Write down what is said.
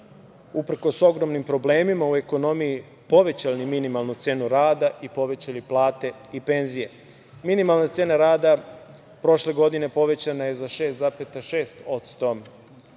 uprkos ogromnim problemima u ekonomiji povećali minimalnu cenu rada i povećali plate i penzije. Minimalna cena rada prošle godine povećana je za 6,6%.